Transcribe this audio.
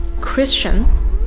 Christian